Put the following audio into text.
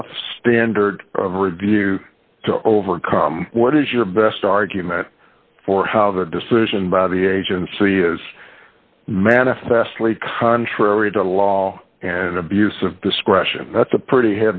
tough standard of review to overcome what is your best argument for how the decision by the agency is manifestly contrary to law an abuse of discretion that's a pretty